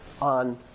on